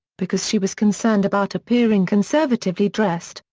because she was concerned about appearing conservatively dressed,